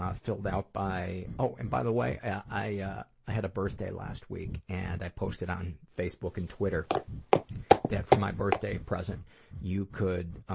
ah filled out by oh, and by the way, i ah i had a birthday last week and i posted on facebook and twitter that for my birthday present you could,